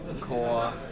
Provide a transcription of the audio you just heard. core